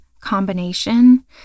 combination